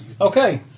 Okay